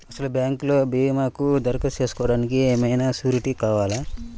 అసలు బ్యాంక్లో భీమాకు దరఖాస్తు చేసుకోవడానికి ఏమయినా సూరీటీ కావాలా?